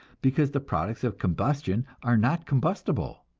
because the products of combustion are not combustible.